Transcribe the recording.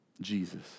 Jesus